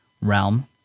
realm